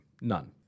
None